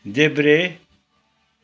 देब्रे